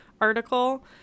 article